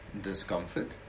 discomfort